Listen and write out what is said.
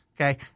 Okay